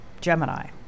Gemini